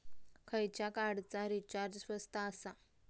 खयच्या कार्डचा रिचार्ज स्वस्त आसा?